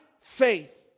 faith